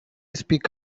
speak